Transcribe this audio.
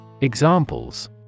Examples